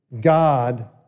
God